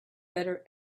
better